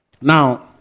Now